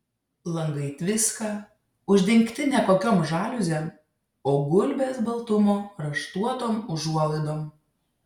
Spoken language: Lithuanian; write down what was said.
langai tviska uždengti ne kokiom žaliuzėm o gulbės baltumo raštuotom užuolaidom